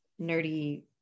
nerdy